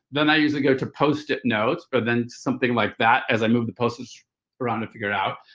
then i usually go to post it notes, but then something like that as i move the post its around to figure it out.